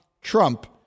Trump